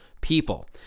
people